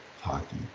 Hockey